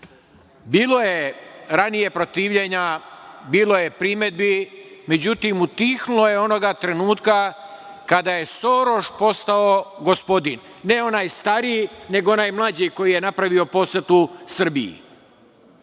je ranije protivljenja, bilo je primedbi, međutim utihnulo je onoga trenutka kada je Soroš postao gospodin, ne onaj stariji, nego onaj mlađi koji je napravio posetu Srbiji.